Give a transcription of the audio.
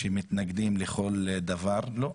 שמתנגדים לכל דבר, לא.